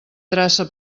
traça